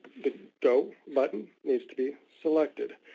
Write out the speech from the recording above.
the go button needs to be selected.